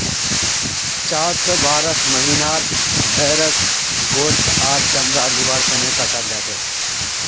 चार स बारह महीनार भेंड़क गोस्त आर चमड़ा लिबार तने कटाल जाछेक